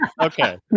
Okay